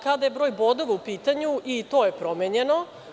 Kada je broj bodova u pitanju, i to je promenjeno.